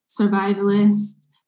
survivalist